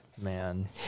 Man